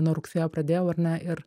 nuo rugsėjo pradėjau ar ne ir